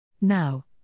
Now